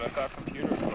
computers